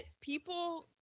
people